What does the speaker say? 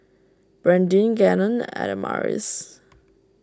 Brandyn Gannon and Adamaris